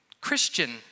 Christian